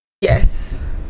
yes